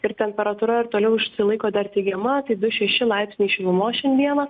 ir temperatūra ir toliau išsilaiko dar teigiama tai du šeši laipsniai šilumos šiandieną